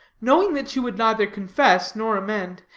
knowing that she would neither confess nor amend,